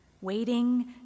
waiting